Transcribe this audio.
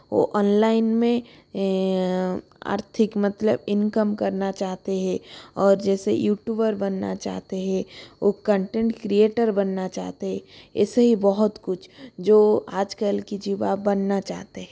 वो ऑनलाइन में आर्थिक मतलब इनकम करना चाहते है और जैसे यूट्यूबर बनना चाहते है वो कंटेंट क्रिएटर बनना चाहते है ऐसे ही बहुत कुछ जो आज कल के जिवा बनना चाहते है